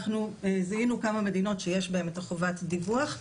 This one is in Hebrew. אנחנו זיהינו כמה מדינות שיש בהן את חובת הדיווח.